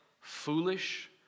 foolish